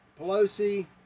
Pelosi